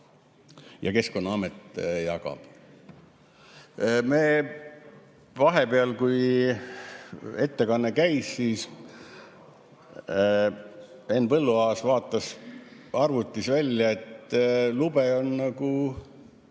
Ja Keskkonnaamet jagab. Vahepeal, kui ettekanne käis, siis Henn Põlluaas vaatas arvutist järele, et lube on küll